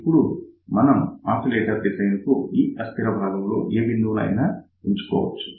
మనం ఇప్పుడు oscillator design కు ఈ అస్థిర భాగంలో ఏ బిందువుని అయినా ఎంచుకోవచ్చు